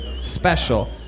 special